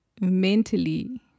mentally